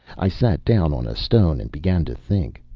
i sat down on a stone and began to think.